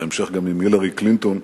בהמשך גם עם הילרי קלינטון.